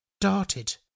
darted